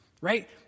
right